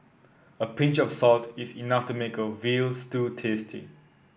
a pinch of salt is enough to make a veal stew tasty